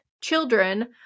Children